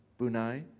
Bunai